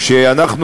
כשאנחנו